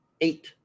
eight